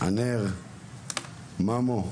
ענר וממו,